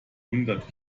hundert